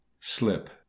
Slip